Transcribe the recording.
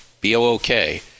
B-O-O-K